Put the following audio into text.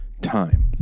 time